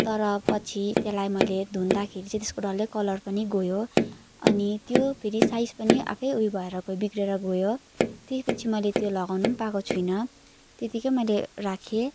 तर पछि त्यसलाई मैले धुँदाखेरि चाहिँ त्यसको डल्लै कलर पनि गयो अनि त्यो फेरि साइज पनि आफै ऊ यो भएर गयो बिग्रिएर गयो त्यसपछि मैले त्यो लगाउनु पनि पाएको छुइनँ त्यतिकै मैले राखेँ